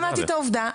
שמעתי את העובדה.